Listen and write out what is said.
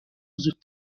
زود